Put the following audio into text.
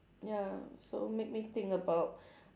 ya so make me think about